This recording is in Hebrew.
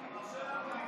אתה מרשה לנו להיכנס?